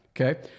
Okay